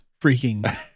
freaking